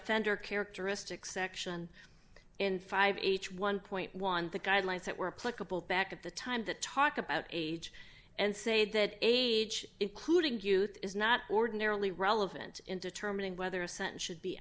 offender characteristics section in five age one point one the guidelines that were back at the time that talk about age and say that age including cute is not ordinarily relevant in determining whether a sentence should be